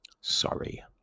Sorry